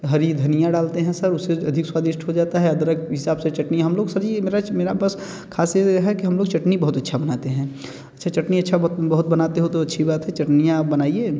हरी धनिया डालते हैं सर उससे अधिक स्वादिष्ट हो जाता है अदरक हिसाब से चटनी हम लोग सर ये मेरा मेरा बस ख़ासियत ये है कि हम लोग चटनी बहुत अच्छी बनाते हैं अच्छी चटनी अच्छी बहो बहुत बनाते हो तो अच्छी बात है चटनियाँ आप बनाइए